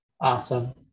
awesome